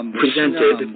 presented